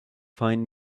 find